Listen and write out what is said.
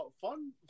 fun